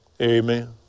Amen